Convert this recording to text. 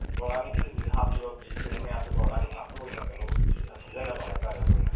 ꯑꯣꯔꯒꯥꯅꯤꯛꯀꯤꯖꯨ ꯁꯤꯗꯩ ꯍꯥꯞꯄꯤꯕ ꯚꯦꯖꯤꯇꯔꯤꯌꯥꯟ ꯃꯌꯥꯝꯖꯦ ꯑꯣꯔꯒꯥꯅꯤꯛ ꯉꯥꯛꯇ ꯑꯣꯏꯅ ꯀꯩꯅꯣ ꯁꯤꯖꯤꯟꯅꯕ ꯍꯥꯏ ꯇꯥꯔꯦ ꯑꯩꯈꯣꯏꯅ